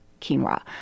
quinoa